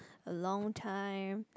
a long time